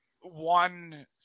one